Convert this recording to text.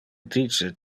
dice